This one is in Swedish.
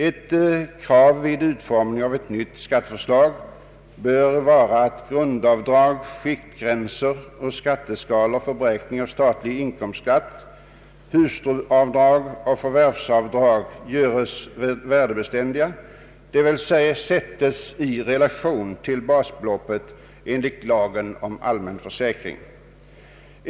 Ett krav vid utformandet av ett nytt skatteförslag bör vara att grundavdrag, skiktgränser och skatteskala för beräkning av statlig inkomstskatt, hustruavdrag och förvärvsavdrag göres värdebeständiga, d.v.s. sätts i relation till basbeloppet enligt lagen om allmän försäkring.